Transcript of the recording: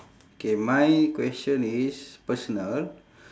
K my question is personal